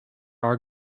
our